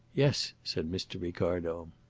yes, said mr. ricardo.